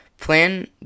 Plan